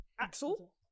Axel